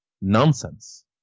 Nonsense